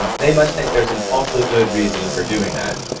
um they must think there's an awfully good reason for doing that.